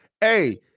Hey